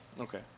Okay